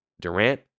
Durant